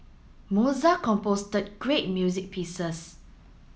Mozart great music pieces